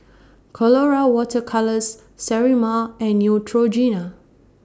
Colora Water Colours Sterimar and Neutrogena